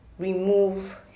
remove